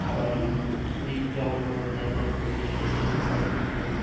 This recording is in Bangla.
খাবার খুবই জঘন্য ভাবে দেয় তারা পরিবেশ পরিচ্ছন্নতা তাদের ভালো না